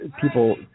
people